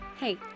Hey